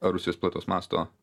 rusijos plataus masto